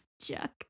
Chuck